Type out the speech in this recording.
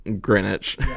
Greenwich